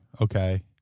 Okay